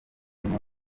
bene